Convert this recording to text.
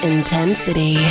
Intensity